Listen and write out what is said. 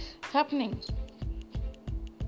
happening